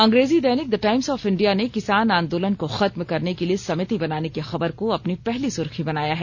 अंग्रेजी दैनिक the Times of India ने किसान आंदोलन को खत्म करने के लिए समिति बनाने की खबर को अपनी पहली सुर्खी बनाया है